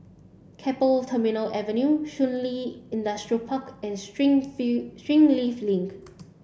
Keppel Terminal Avenue Shun Li Industrial Park and Springleaf Link